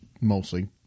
mostly